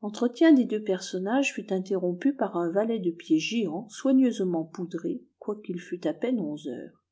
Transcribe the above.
l'entretien des deux personnages fut interrompu par un valet de pied géant soigneusement poudré quoiqu'il fût à peine onze heures